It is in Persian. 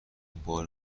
بار